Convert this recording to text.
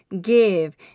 give